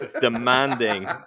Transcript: demanding